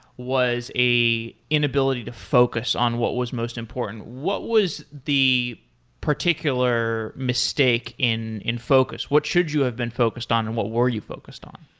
was an inability to focus on what was most important. what was the particular mistake in in focus? what should you have been focused on and what were you focused on?